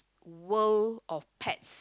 world of pets